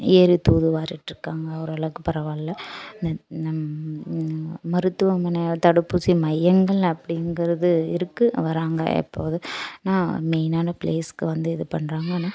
எரியை தூருவாரிட்ருக்காங்க ஓரளவுக்கு பரவால்ல நம் மருத்துவமனை தடுப்பூசி மையங்கள் அப்படிங்கிறது இருக்கு வராங்க எப்போதும் ஆனால் மெயினான பிளேஸ்க்கு வந்து இது பண்ணுறாங்க ஆனால்